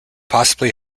possibly